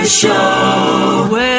show